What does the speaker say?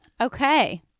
Okay